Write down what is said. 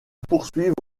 poursuivent